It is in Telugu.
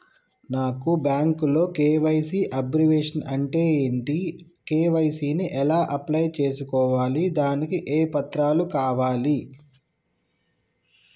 నాకు బ్యాంకులో కే.వై.సీ అబ్రివేషన్ అంటే ఏంటి కే.వై.సీ ని ఎలా అప్లై చేసుకోవాలి దానికి ఏ పత్రాలు కావాలి?